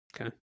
Okay